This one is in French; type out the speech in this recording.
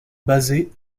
basé